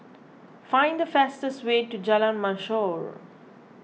find the fastest way to Jalan Mashor